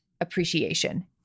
appreciation